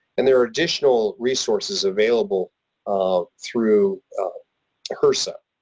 and there are additional resources available ah through hrsa.